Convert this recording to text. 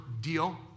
deal